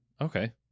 Okay